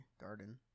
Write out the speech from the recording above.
Garden